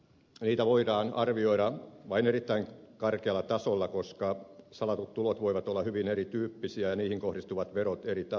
niitä voidaan arvioida vain erittäin karkealla tasolla koska salatut tulot voivat olla hyvin erityyppisiä ja niihin kohdistuvat verot eritasoisia